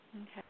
Okay